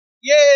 Yay